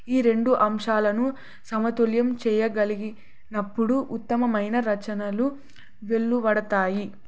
ఈ రెండు అంశాలను సమతుల్యం చేయగలిగినప్పుడు ఉత్తమమైన రచనలు వెళ్లుబడతాయి